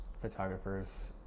photographers